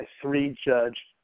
three-judge